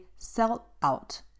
sellout